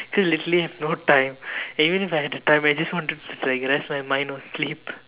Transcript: cause literally I have no time even if I have the time I just want to rest my mind or sleep